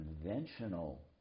conventional